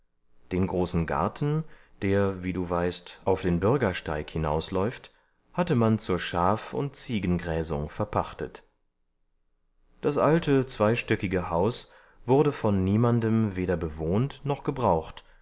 den großen garten der wie du weißt auf den bürgersteig hinausläuft hatte man zur schaf und ziegengräsung verpachtet das alte zweistöckige haus wurde von niemandem weder bewohnt noch gebraucht